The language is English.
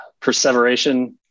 perseveration